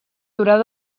durar